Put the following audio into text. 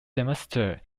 semester